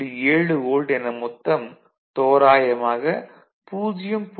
7 volt என மொத்தம் தோராயமாக 0